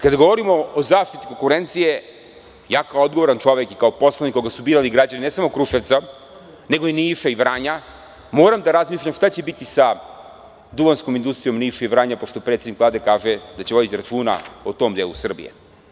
Kada govorimo o zaštiti konkurencije, ja kao odgovoran čovek i kao poslanik koga su birali ne samo građani Kruševca, nego i Niša i Vranja, moram da razmišljam šta će biti sa duvanskom industrijom Niš i Vranje pošto predsednik Vlade kaže da će voditi računa o tom delu Srbije.